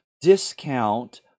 discount